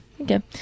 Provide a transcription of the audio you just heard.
Okay